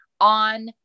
on